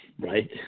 Right